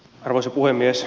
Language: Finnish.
arvoisa puhemies